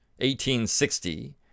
1860